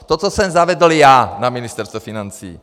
To, co jsem zavedl já na Ministerstvu financí.